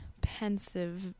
pensive